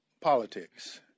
Politics